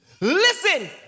Listen